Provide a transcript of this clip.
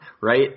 right